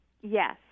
Yes